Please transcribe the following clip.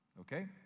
okay